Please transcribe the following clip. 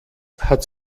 hat